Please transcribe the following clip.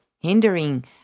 hindering